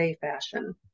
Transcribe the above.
fashion